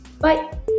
Bye